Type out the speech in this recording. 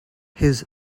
his